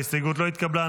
ההסתייגות לא התקבלה.